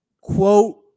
quote